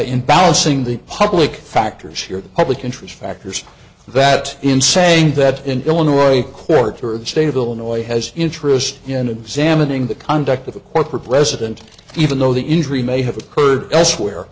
balancing the public factors here the public interest factors that in saying that in illinois a court for the state of illinois has interest in examining the conduct of a corporate president even though the injury may have occurred elsewhere